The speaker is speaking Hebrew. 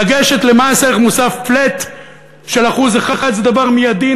לגשת למס ערך מוסף flat של 1% זה דבר מיידי,